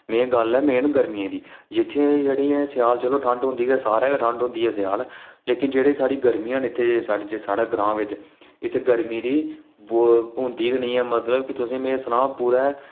main गल्ल ऐ मेन गर्मियें दी जित्थै चलो ठंड होंदी गै सारें गै ठंड होंदी ऐ स्याल लेकिन जेह्ड़ी गर्मियां न साढ़े इत्थै ग्रांऽ बिच इत्थै गर्मी दी होंदी गै निं में तुसें गी सनांऽ पूरे